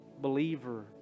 believer